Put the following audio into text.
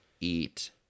eat